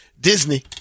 Disney